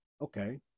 Okay